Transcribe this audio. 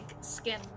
skin